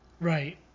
Right